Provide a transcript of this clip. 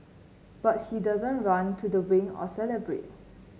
but he doesn't run to the wing or celebrate